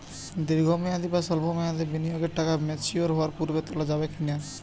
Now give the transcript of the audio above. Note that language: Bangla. দীর্ঘ মেয়াদি বা সল্প মেয়াদি বিনিয়োগের টাকা ম্যাচিওর হওয়ার পূর্বে তোলা যাবে কি না?